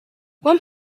one